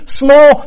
small